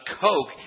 coke